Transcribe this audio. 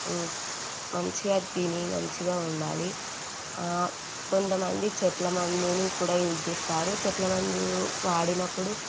మంచిగా తిని మంచిగా ఉండాలి కొంతమంది చెట్ల మందుని కూడా యూజ్ చేస్తారు చెట్ల మందు వాడినప్పుడు